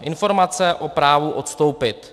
Informace o právu odstoupit.